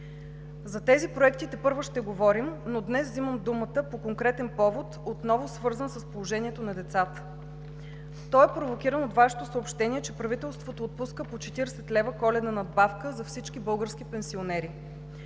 За тези проекти тепърва ще говорим, но днес взимам думата по конкретен повод, отново свързан с положението на децата. Той е провокиран от Вашето съобщение, че правителството отпуска по 40 лв. коледна надбавка за всички български пенсионери.